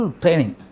training